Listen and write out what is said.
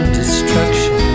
destruction